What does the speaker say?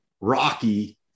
Rocky